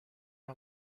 کار